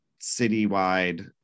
citywide